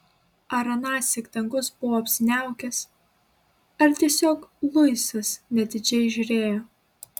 ar anąsyk dangus buvo apsiniaukęs ar tiesiog luisas neatidžiai žiūrėjo